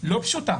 לא פשוטה